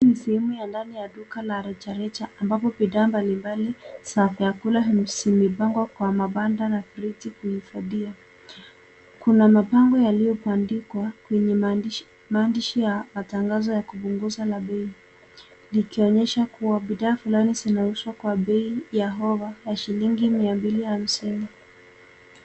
Hii ni sehemu ya ndani ya duka la rejareja ambapo bidhaa mbalimbali za vyakula zimepangwa kwa vibanda na friji kuhifadhia. Kuna mabango yaliyobandikwa kwenye maandishi ya matangazo ya kupunguza na bei likionyesha kuwa bidhaa fulani zinauzwa kwa bei ya offer ya shilingi mia mbili hamsini.